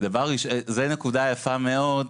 זו נקודה יפה מאוד,